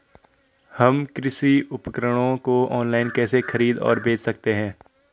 हम कृषि उपकरणों को ऑनलाइन कैसे खरीद और बेच सकते हैं?